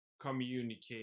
communicate